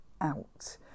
out